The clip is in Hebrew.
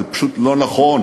זה פשוט לא נכון.